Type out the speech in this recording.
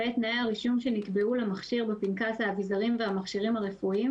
ואת תנאי הרישום שנקבעו למכשיר בפנקס האביזרים והמכשירים הרפואיים